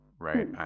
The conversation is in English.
Right